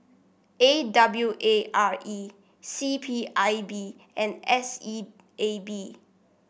A W A R E C P I B and S E A B